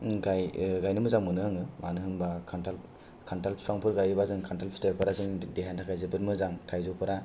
गायनो मोजां मोनो आङो मानो होनोबा खान्थाल बिफांफोर गायोबा जों खान्थाल फिथायफोरा जों नि देहानि थाखाय जोबोत मोजां